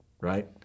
right